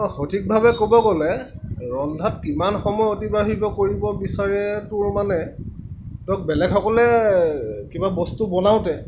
অ সঠিক ভাৱে ক'ব গ'লে ৰন্ধাত কিমান সময় অতিবাহিত কৰিব বিচাৰেটো মানে ধৰক বেলেগসকলে কিবা বস্তু বনাওঁতে